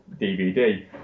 dvd